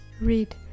read